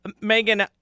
Megan